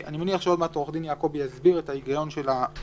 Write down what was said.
אני מניח שעוד מעט עורך דין יעקבי יסביר את ההיגיון של התקנה.